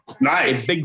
Nice